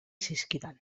zizkidan